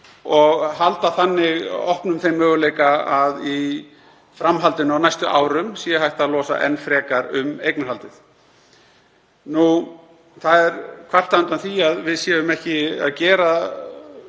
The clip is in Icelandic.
og halda þannig opnum þeim möguleika að í framhaldinu, á næstu árum, sé hægt að losa enn frekar um eignarhaldið. Kvartað er undan því að við gerum þetta ekki